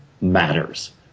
matters